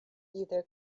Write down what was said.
either